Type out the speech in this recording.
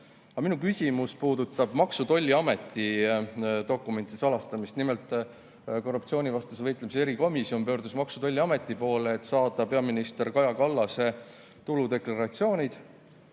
minu küsimus puudutab Maksu‑ ja Tolliameti dokumentide salastamist. Nimelt, korruptsioonivastane erikomisjon pöördus Maksu‑ ja Tolliameti poole, et saada peaminister Kaja Kallase tuludeklaratsioonid,